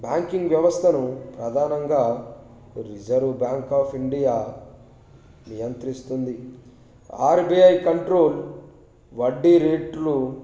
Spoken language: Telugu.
బ్యాంకింగ్ వ్యవస్థను ప్రధానంగా రిజర్వ్ బ్యాంక్ ఆఫ్ ఇండియా నియంత్రిస్తుంది ఆర్బీఐ కంట్రోల్ వడ్డీ రేట్లు